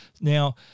Now